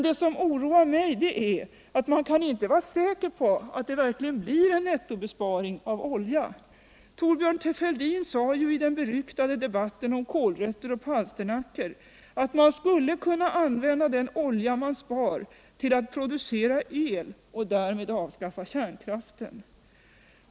Det som oroar mig är att man inte kan vara säker på att det verkligen blir en nettobesparing av olja. Thorbjörn Fälldin sade ju i den beryktade debatten om kålrötter och palsternackor att man skulle kunna använda den olja man spar till att producera el och därmed avskaffa kärnkraften.